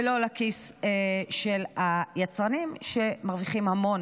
ולא לכיס של היצרנים שמרוויחים המון.